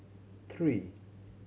three